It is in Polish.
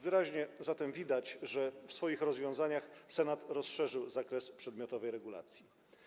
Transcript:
Wyraźnie zatem widać, że w swoich rozwiązaniach Senat rozszerzył zakres przedmiotowej regulacji.